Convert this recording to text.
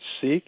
seek